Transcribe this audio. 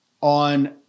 on